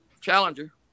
Challenger